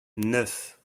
neuf